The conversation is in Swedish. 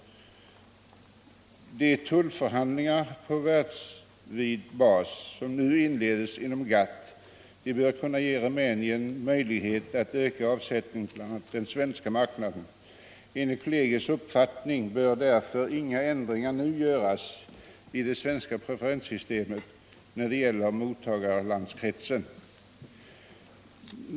De tullförhandlingar på världsvid bas som ju inleds inom GATT bör kunna ge Rumänien möjlighet att öka avsättningen på bl.a. den svenska marknaden. Enligt kollegiets uppfattning bör därför inga ändringar nu göras i det svenska preferenssystemet när det gäller mottagarlandskretsen.